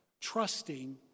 trusting